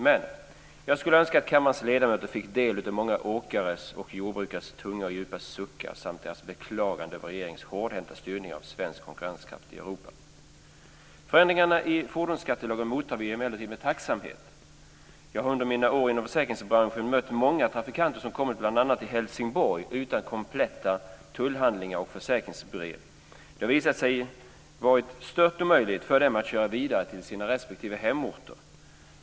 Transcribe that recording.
Men jag skulle önska att kammarens ledamöter fick del av många åkares och jordbrukares tunga och djupa suckar samt deras beklaganden över regeringens hårdhänta styrning av svensk konkurrenskraft i Europa. Förändringarna i fordonsskattelagen mottar vi emellertid med tacksamhet. Jag har under mina år inom försäkringsbranschen mött många trafikanter som kommit bl.a. till Helsingborg utan kompletta tullhandlingar och försäkringsbrev. Det har visat sig vara stört omöjligt för dem att köra vidare till sina respektive hemorter.